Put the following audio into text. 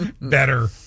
better